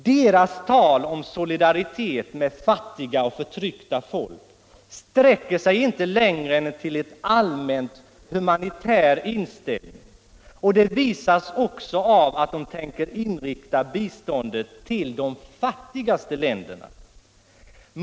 Deras tal om solidaritet med fattiga och förtryckta folk sträcker sig inte längre än till en allmänt humanitär inställning, och det visas också av att de tänker inrikta biståndet till de fattigaste Allmänpolitisk debatt länderna.